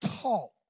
talk